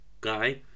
guy